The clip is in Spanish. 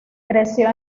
creció